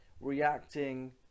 reacting